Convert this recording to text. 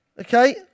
okay